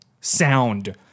sound